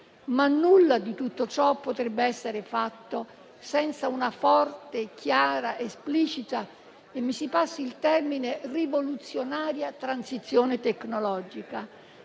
Ma nulla di tutto ciò potrebbe essere fatto senza una forte, chiara, esplicita e - mi si passi il termine - rivoluzionaria transizione tecnologica,